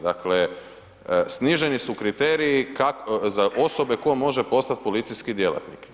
Dakle sniženi su kriteriji za osobe koja može postat policijski djelatnik.